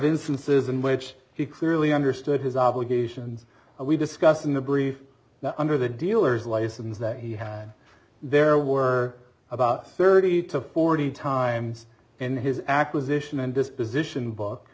instances in which he clearly understood his obligations and we discussed in the brief now under the dealers license that he had there were about thirty to forty times in his acquisition and disposition book